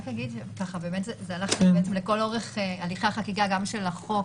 רק אגיד שזה הלך לאורך הליכי החקיקה גם של החוק,